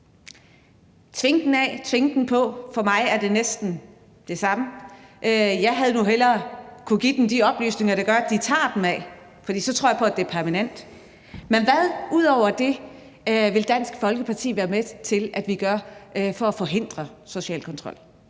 Tvinge det af, tvinge det på – for mig er det næsten det samme. Jeg ville nu hellere kunne give dem de oplysninger, der gør, at de tager det af, for så tror jeg på, at det er permanent. Men hvad vil Dansk Folkeparti ud over det være med til, vi gør, for at forhindre social kontrol?